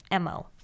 MO